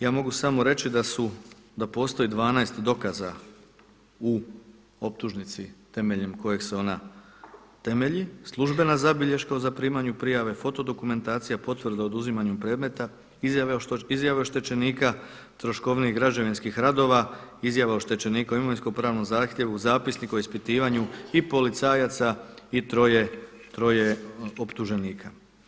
Ja mogu samo reći da su, da postoji 12 dokaza u optužnici temeljem kojeg se ona temelji, službena zabilješka o zaprimanju prijave, fotodokumentacija, potvrda o oduzimanju predmeta, izjave oštećenika, troškovnik građevinskih radova, izjava oštećenika o imovinsko pravnom zahtjevu, zapisnik o ispitivanju i policajaca i troje optuženika.